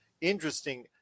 interesting